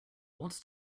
what’s